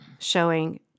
showing